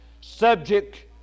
subject